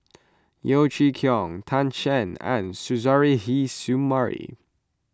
Yeo Chee Kiong Tan Shen and Suzairhe Sumari